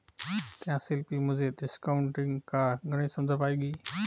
क्या शिल्पी मुझे डिस्काउंटिंग का गणित समझा पाएगी?